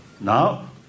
Now